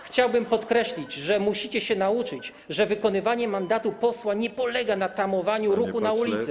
Chciałbym podkreślić, że musicie się nauczyć, że wykonywanie mandatu posła nie polega na tamowaniu ruchu na ulicy.